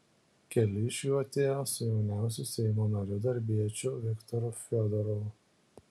keli iš jų atėjo su jauniausiu seimo nariu darbiečiu viktoru fiodorovu